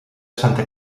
santa